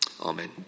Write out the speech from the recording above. Amen